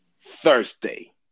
Thursday